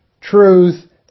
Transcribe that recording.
truth